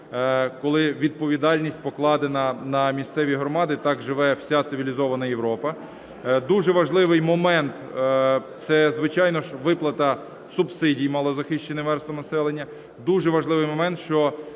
коли відповідальність покладена на місцеві громади. Так живе вся цивілізована Європа. Дуже важливий момент, це, звичайно, виплата субсидій малозахищеним верствам населення. Дуже важливий момент, що